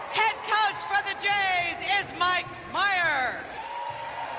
head coach from the jays is mike mires